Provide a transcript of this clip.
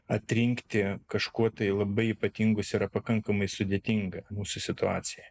atrinkti kažkuo tai labai ypatingus yra pakankamai sudėtinga mūsų situacijoj